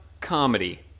comedy